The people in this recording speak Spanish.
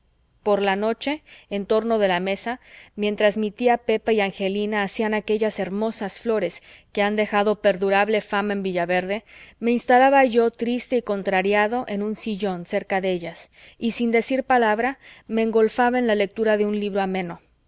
por la noche en torno de la mesa mientras mi tía pepa y angelina hacían aquellas hermosas flores que han dejado perdurable fama en villaverde me instalaba yo triste y contrariado en un sillón cerca de ellas y sin decir palabra me engolfaba en la lectura de un libro ameno